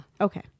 Okay